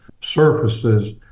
surfaces